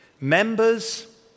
members